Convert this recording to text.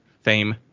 fame